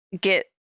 get